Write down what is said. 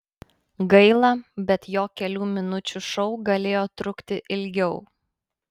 gaila bet jo kelių minučių šou galėjo trukti ilgiau